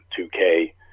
2K